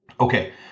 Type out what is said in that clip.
Okay